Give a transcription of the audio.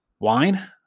wine